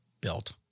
built